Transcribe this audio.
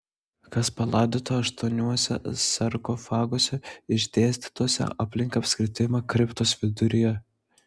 kas palaidota aštuoniuose sarkofaguose išdėstytuose aplink apskritimą kriptos viduryje